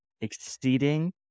exceeding